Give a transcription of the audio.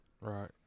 Right